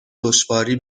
دشواری